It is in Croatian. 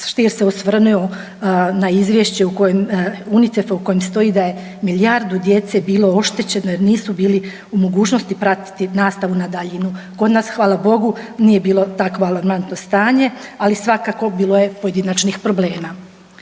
Stier se osvrnuo na izvješće UNICEF-a u kojem stoji da je milijardu djece bilo oštećeno jer nisu bili u mogućnosti pratiti nastavu na daljinu. Kod nas hvala bogu nije bilo takvo alarmantno stanje, ali svakako bilo je pojedinačnih problema.